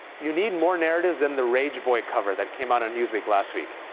you need more narratives than the rage boy cover that came out on newsweek last week.